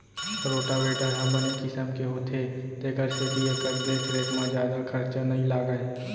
rotavator ह बने किसम के होथे तेकर सेती एकर देख रेख म जादा खरचा नइ लागय